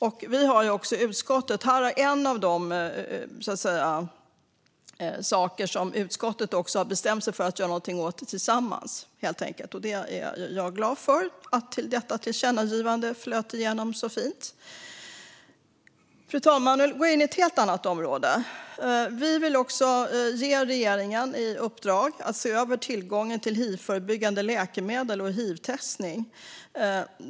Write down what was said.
Detta är också en av de saker som utskottet gemensamt har bestämt sig för att göra någonting åt. Jag är glad för att detta förslag till tillkännagivande flöt igenom så fint. Fru talman! Nu går jag in på ett helt annat område. Vi vill också att regeringen ger lämplig myndighet i uppdrag att se över tillgången till hivförebyggande läkemedel och hivtestning.